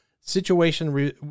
situation